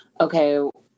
okay